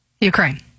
Ukraine